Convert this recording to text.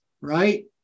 right